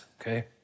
okay